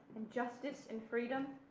and justice, and freedom,